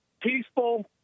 peaceful